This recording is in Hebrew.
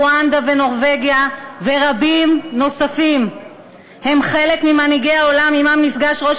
רואנדה ונורבגיה ורבים נוספים הם חלק ממנהיגי העולם שעמם נפגש ראש